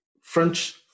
French